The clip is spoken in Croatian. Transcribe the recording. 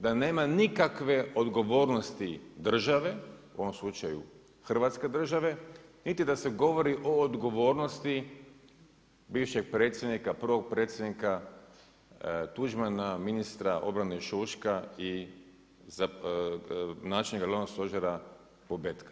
Da nema nikakve odgovornosti države u ovom slučaju Hrvatske države, niti da se govorio odgovornosti bivšeg predsjednika, prvog predsjednika, Tuđmana, ministra obrane Šuška i načelnika glavnog stožera Bobetka.